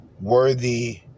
worthy